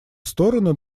стороны